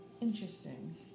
Interesting